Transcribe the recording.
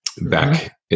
back